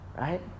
right